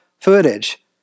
footage